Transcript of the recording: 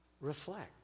reflect